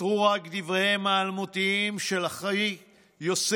נותרו רק דבריהם האלמותיים של אחי יוסף: